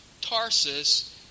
Tarsus